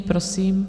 Prosím.